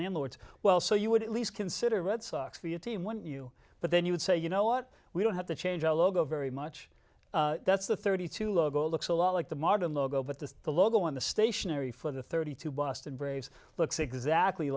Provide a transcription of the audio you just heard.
words well so you would at least consider red sox the a team when you but then you would say you know what we don't have to change our logo very much that's the thirty two logo looks a lot like the modern logo but the the logo on the stationery for the thirty two boston braves looks exactly